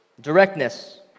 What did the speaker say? Directness